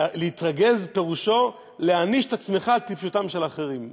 להתרגז פירושו להעניש את עצמך על טיפשותם של אחרים.